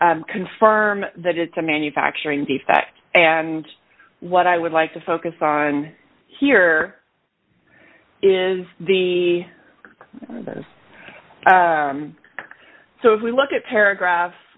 dollars confirm that it's a manufacturing defect and what i would like to focus on here is the so if we look at paragraph